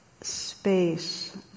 space